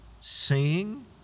seeing